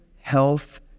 health